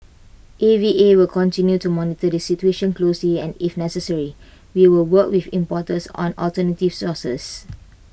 A V A will continue to monitor the situation closely and if necessary we will work with importers on alternative sources